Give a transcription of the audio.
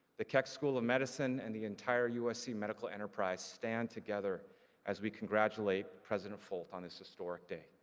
the keck school of medicine and the entire usc medical enterprise stand together as we congratulate president folt on this historic day.